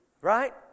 right